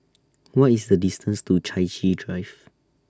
What IS The distance to Chai Chee Drive